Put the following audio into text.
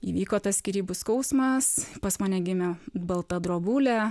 įvyko tas skyrybų skausmas pas mane gimė balta drobulė